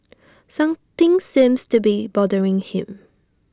something seems to be bothering him